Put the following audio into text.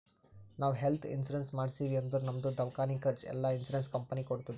ನಾವ್ health insurance ಮಾಡ್ಸಿವ್ ಅಂದುರ್ ನಮ್ದು ದವ್ಕಾನಿ ಖರ್ಚ್ ಎಲ್ಲಾ ಇನ್ಸೂರೆನ್ಸ್ ಕಂಪನಿ ಕೊಡ್ತುದ್